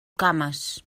cames